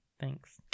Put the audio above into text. Thanks